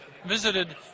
visited